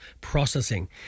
processing